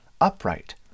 upright